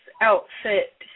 outfit